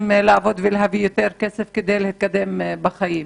לעבוד ולהביא יותר כסף כדי להתקדם בחיים.